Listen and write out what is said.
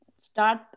start